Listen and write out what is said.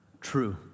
true